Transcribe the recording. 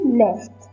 left